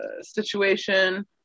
situation